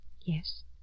Yes